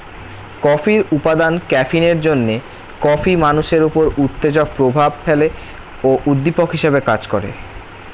কফির উপাদান ক্যাফিনের জন্যে কফি মানুষের উপর উত্তেজক প্রভাব ফেলে ও উদ্দীপক হিসেবে কাজ করে